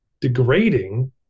degrading